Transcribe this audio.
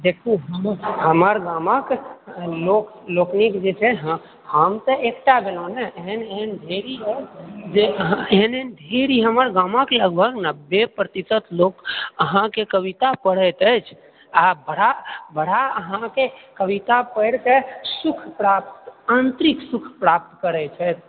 देखू हमर गामक लोक लोकनिक जे छै हम तऽ एकटा भेलौं ने एहन एहन ढेरी जे एहन एहन ढेरि हमर गामक लगभग नब्बे प्रतिशत लोक अहाँके कविता पढ़ैत अछि आ बड़ा बड़ा अहाँके कविता पढि के सुख प्राप्त आन्तरिक सुख प्राप्त करैत अछि